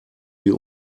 die